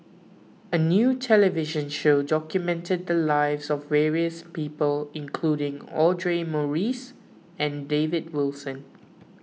a new television show documented the lives of various people including Audra Morrice and David Wilson